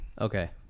Okay